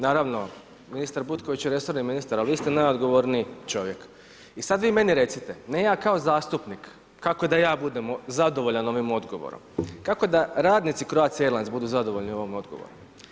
Naravno, ministar Butković je resorni ministar ali vi ste najodgovorniji čovjek i sad vi meni recite, ne ja kao zastupnik kako da ja budem zadovoljan ovim odgovorom, kako da radnici Croatie Airlinesa budu zadovoljni ovim odgovorom?